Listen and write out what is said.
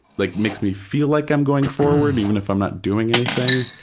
like makes me feel like i'm going forward even if i'm not doing anything,